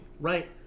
right